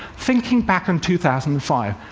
thinking back on two thousand and five,